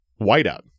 Whiteout